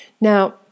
Now